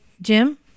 jim